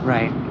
Right